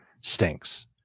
stinks